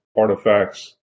artifacts